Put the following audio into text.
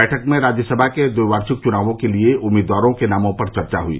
बैठक में राज्यसभा के द्विवाार्षिक चुनावों के लिए उम्मीदवारों के नामों पर चर्चा हुई